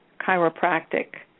chiropractic